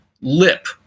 lip